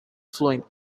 fluent